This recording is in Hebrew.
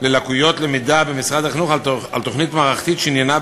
ללקויות למידה במשרד החינוך על תוכנית מערכתית שעניינה,